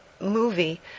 movie